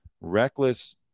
Reckless